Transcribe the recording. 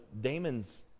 Damon's